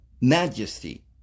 Majesty